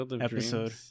episode